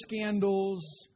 scandals